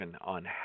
on